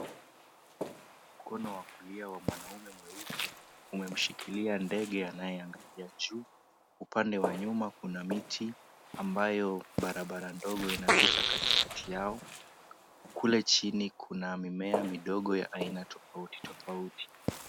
Mkono wa kulia wa mwanaume mweupe umemshikilia ndege anayeangalia juu. Upande wa nyuma kuna miti ambayo barabara ndogo inapita katikati yao. Kule chini kuna mimea midogo ya aina tofautitofauti.